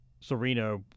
Serena